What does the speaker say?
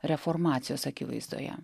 reformacijos akivaizdoje